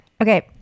Okay